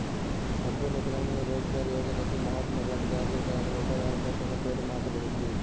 సంపూర్ణ గ్రామీణ రోజ్గార్ యోజనకి మహాత్మా గాంధీ జాతీయ గ్రామీణ ఉపాధి హామీ చట్టంగా పేరు మార్చబడింది